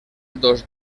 dos